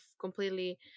completely